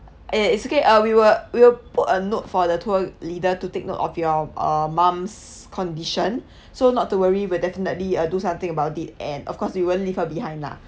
ya it's okay uh we will we'll put a note for the tour leader to take note of your uh mom's condition so not to worry we'll definitely uh do something about it and of course we won't leave her behind lah